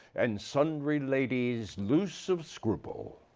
and sundry ladies loose of scruple.